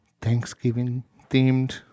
Thanksgiving-themed